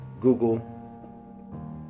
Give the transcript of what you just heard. Google